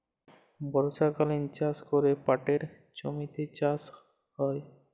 বর্ষকালীল চাষ ক্যরে পাটের জমিতে চাষ হ্যয়